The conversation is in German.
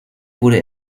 wurde